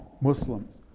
Muslims